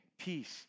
Peace